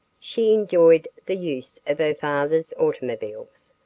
she enjoyed the use of her father's automobiles,